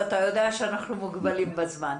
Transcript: ואתה יודע שאנחנו מוגבלים בזמן,